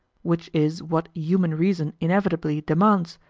which, is what human reason inevitably demands,